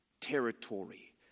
territory